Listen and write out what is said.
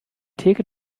theke